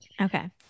okay